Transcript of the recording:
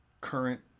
current